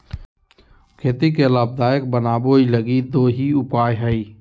खेती के लाभदायक बनाबैय लगी दो ही उपाय हइ